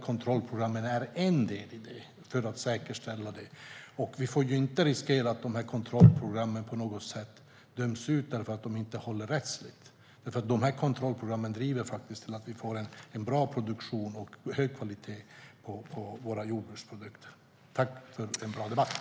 Kontrollprogrammen är en del i att säkerställa detta. Vi får inte riskera att kontrollprogrammen på något sätt döms ut för att de inte håller rättsligt, för kontrollprogrammen driver fram att vi får en bra produktion med hög kvalitet på våra jordbruksprodukter. Tack för en bra debatt!